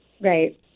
Right